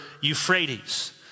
Euphrates